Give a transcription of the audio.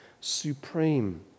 supreme